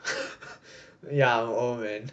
ya I'm old man